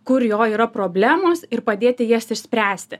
kur jo yra problemos ir padėti jas išspręsti